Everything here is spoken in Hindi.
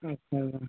अच्छा